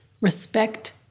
Respect